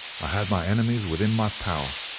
i had my enemies within my power.